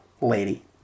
lady